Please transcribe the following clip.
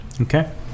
Okay